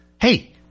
hey